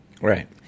Right